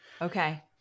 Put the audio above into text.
Okay